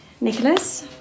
Nicholas